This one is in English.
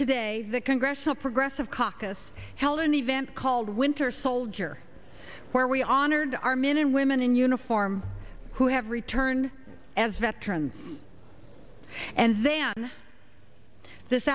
today the congressional progressive caucus held an event called winter soldier where we honored our men and women in uniform who have returned as veterans and then this